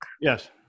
yes